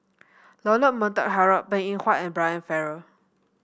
Leonard Montague Harrod Png Eng Huat and Brian Farrell